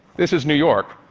this is new york,